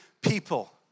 people